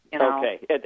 Okay